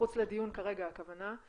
מחוץ לדיון כרגע הכוונה,